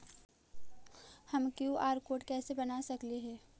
हम QR code कैसे बना सकली ही?